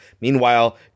Meanwhile